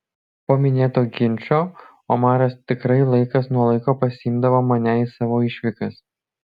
po minėto ginčo omaras tikrai laikas nuo laiko pasiimdavo mane į savo išvykas